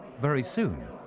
very soon,